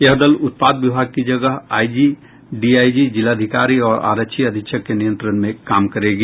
यह दल उत्पाद विभाग की जगह आईजी डीआईजी जिलाधिकारी और आरक्षी अधीक्षक के नियंत्रण में काम करेगी